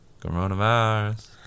coronavirus